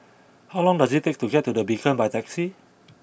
how long does it take to get to The Beacon by taxi